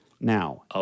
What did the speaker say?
Now